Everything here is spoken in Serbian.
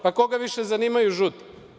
Pa, koga više zanimaju žuti?